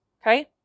Okay